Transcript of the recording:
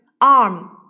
Arm